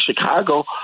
Chicago